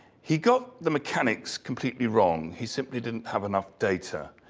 he got the mechanics completely wrong, he simply didn't have enough data.